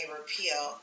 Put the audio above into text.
repeal